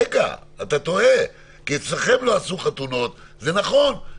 אתה טועה כי אצלכם לא עשו חתונות, זה נכון.